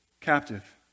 Captive